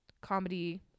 comedy